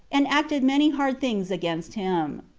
and acted many hard things against him.